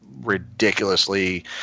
ridiculously